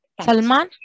Salman